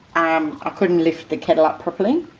um i couldn't lift the kettle up properly,